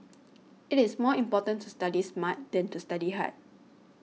it is more important to study smart than to study hard